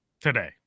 Today